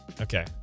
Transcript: Okay